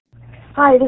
Hi